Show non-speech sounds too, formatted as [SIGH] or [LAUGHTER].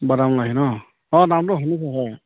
[UNINTELLIGIBLE]